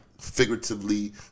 figuratively